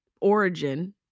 origin